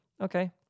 okay